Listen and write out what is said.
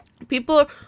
people